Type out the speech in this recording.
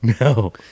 No